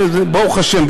ברוך השם,